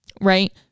right